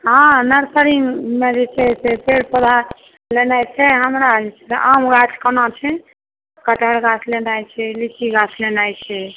हँ नर्सरीमे जे छै से पेड़ पौधा लेनाइ छै हमरा आम गाछ कोना छै कठहर गाछ लेनाइ छै लीची गाछ लेनाइ छै